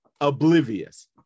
Oblivious